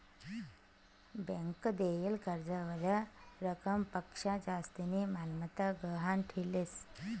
bank देयेल कर्जावरल्या रकमपक्शा जास्तीनी मालमत्ता गहाण ठीलेस